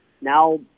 now